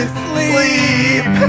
sleep